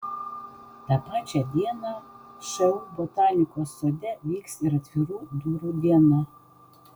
tą pačią dieną šu botanikos sode vyks ir atvirų durų diena